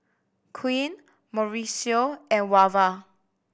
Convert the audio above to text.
Quint Mauricio and Wava